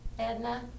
Edna